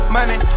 Money